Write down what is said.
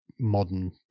modern